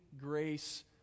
grace